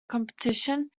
competition